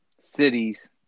cities